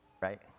right